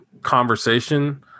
conversation